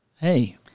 hey